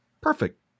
Perfect